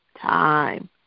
time